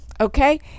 Okay